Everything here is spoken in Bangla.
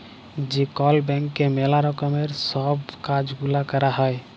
যে কল ব্যাংকে ম্যালা রকমের সব কাজ গুলা ক্যরা হ্যয়